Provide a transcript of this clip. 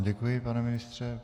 Děkuji, pane ministře.